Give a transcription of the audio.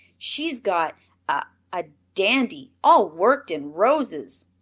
she's got a a dandy, all worked in roses.